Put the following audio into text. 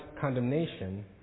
condemnation